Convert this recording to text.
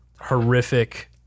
horrific